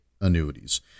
annuities